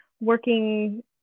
working